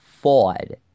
Ford